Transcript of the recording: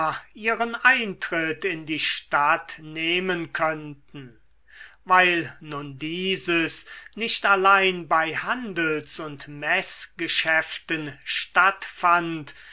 ihren einritt in die stadt nehmen könnten weil nun dieses nicht allein bei handels und meßgeschäften stattfand